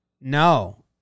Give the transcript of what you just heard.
No